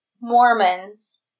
Mormons